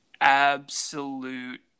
Absolute